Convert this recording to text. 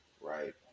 right